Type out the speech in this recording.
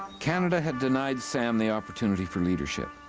canada had denied sam the opportunity for leadership.